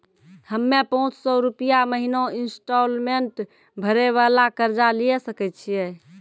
हम्मय पांच सौ रुपिया महीना इंस्टॉलमेंट भरे वाला कर्जा लिये सकय छियै?